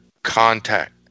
Contact